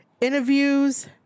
interviews